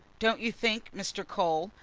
don't you think, mr. cole,